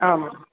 आम्